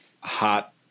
hot